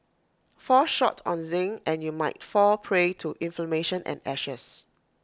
fall short on zinc and you'll might fall prey to inflammation and ashes